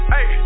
Hey